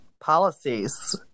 policies